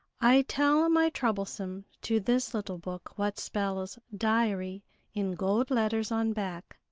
i tell my troublesome to this little book what spells diary in gold letters on back.